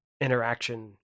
interaction